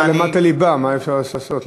אתה למדת ליבה, מה אפשר לעשות.